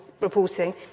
reporting